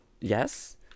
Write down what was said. Yes